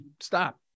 stop